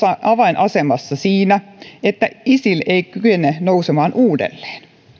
avainasemassa siinä että isil ei kykene nousemaan uudelleen